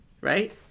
right